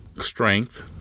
Strength